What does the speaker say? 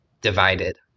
divided